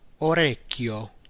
Orecchio